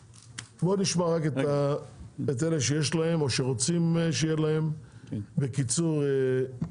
בוא נשמע רק את אלה שיש להם או שרוצים שיהיה להם בקיצור נמרץ,